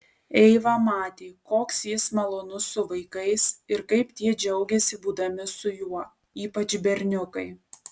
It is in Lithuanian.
eiva matė koks jis malonus su vaikais ir kaip tie džiaugiasi būdami su juo ypač berniukai